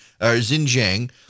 Xinjiang